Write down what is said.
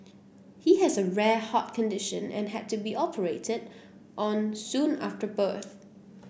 he has a rare heart condition and had to be operated on soon after birth